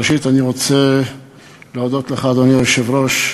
ראשית, אני רוצה להודות לך, אדוני היושב-ראש,